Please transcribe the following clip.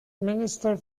minister